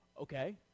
okay